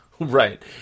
Right